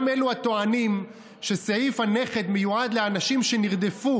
גם אלו הטוענים שסעיף הנכד מיועד לאנשים שנרדפו